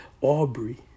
aubrey